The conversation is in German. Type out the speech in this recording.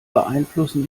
beeinflussen